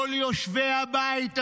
את כל יושבי הבית הזה,